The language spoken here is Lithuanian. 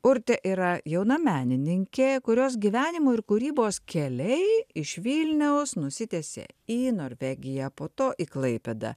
urtė yra jauna menininkė kurios gyvenimo ir kūrybos keliai iš vilniaus nusitęsė į norvegiją po to į klaipėdą